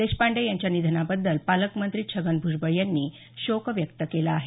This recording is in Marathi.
देशपांडे यांच्या निधनाबद्दल पालकमंत्री छगन भ्जबळ यांनी शोक व्यक्त केला आहे